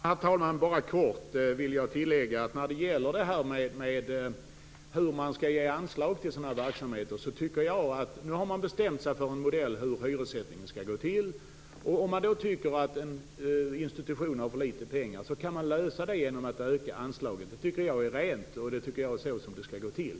Herr talman! Jag vill beträffande anslagsgivning till sådana här verksamheter bara kort tillägga att man nu har bestämt sig för en modell för hur hyressättningen skall gå till. Om man tycker att en institution har för litet pengar, kan man lösa det problemet genom att öka anslaget. Jag tycker att det är en ren princip, och det är så det skall gå till.